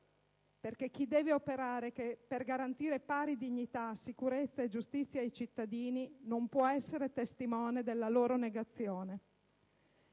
perché chi deve operare per garantire pari dignità, sicurezza e giustizia ai cittadini, non può essere testimone della loro negazione.